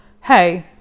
Hey